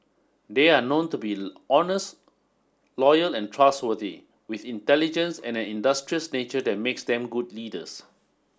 they are known to be honest loyal and trustworthy with intelligence and an industrious nature that makes them good leaders